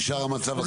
אז נשאר המצב.